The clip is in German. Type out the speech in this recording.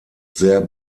sehr